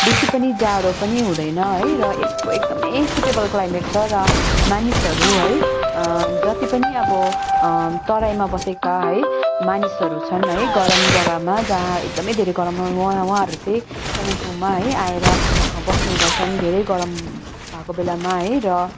बेसी पनि जाडो पनि हुँदैन है र यसको एकदमै सुइटेबल क्लाइमेट छ र मानिसहरू है जति पनि अब तराईमा बसेका है मानिसहरू छन् है गरम जग्गामा जहाँ एकदमै धेरै गरममा उँहाहरू चाहिँ कालिम्पोङमा है आएर बस्ने गर्छन् धेरै गरम भएको बेलामा है र